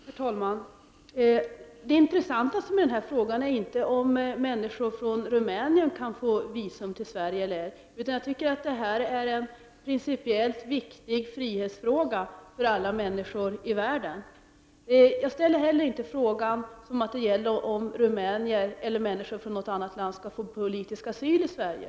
Herr talman! Det intressantaste med den här frågan är inte om människor från Rumänien kan få visum till Sverige eller ej. Det här är en principiellt viktig frihetsfråga för alla människor i hela världen. Jag ställde inte heller frågan på det sättet att den skulle gälla enbart om människor från Rumänien eller från något annat land skall få politisk asyl i Sverige.